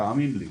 תאמין לי,